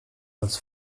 als